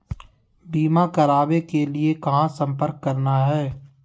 बीमा करावे के लिए कहा संपर्क करना है?